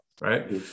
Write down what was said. right